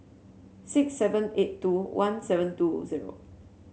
six seven eight two one seven two zero